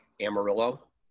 Amarillo